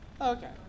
Okay